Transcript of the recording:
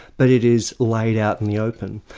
but it is laid out in the open.